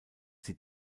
sie